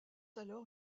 alors